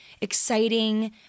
exciting